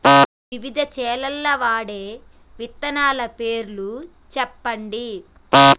వివిధ చేలల్ల వాడే విత్తనాల పేర్లు చెప్పండి?